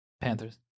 Panthers